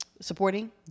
supporting